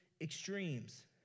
extremes